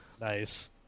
Nice